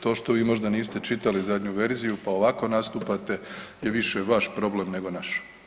To što vi možda niste čitali zadnju verziju pa ovako nastupate je više vaš problem nego naš.